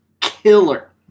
killer